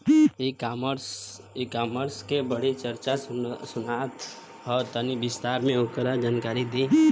ई कॉमर्स क बड़ी चर्चा सुनात ह तनि विस्तार से ओकर जानकारी दी?